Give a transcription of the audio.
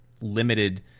limited